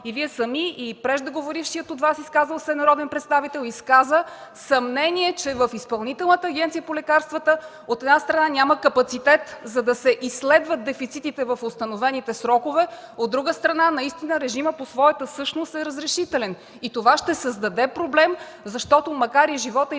и Вие сами, и преждеговорившият изказал се Ваш народен представител, изказа съмнение, че в Изпълнителната агенция по лекарствата – от една страна, няма капацитет, за да се изследват дефицитите в установените срокове, от друга страна – наистина режимът по своята същност е разрешителен. И това ще създаде проблем, защото, макар животът,